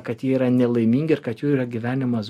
kad jie yra nelaimingi ir kad jų yra gyvenimas